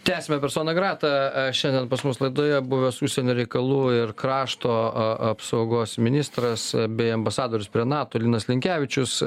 tęsiame persona grata šiandien pas mus laidoje buvęs užsienio reikalų ir krašto a a apsaugos ministras bei ambasadorius prie nato linas linkevičius